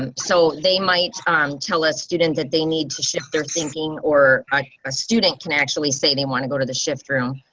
um so they might um tell a student that they need to shift their thinking or a student can actually say they want to go to the shift room.